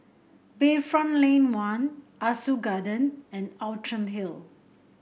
Bayfront Lane One Ah Soo Garden and Outram Hill